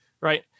right